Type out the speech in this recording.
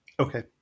okay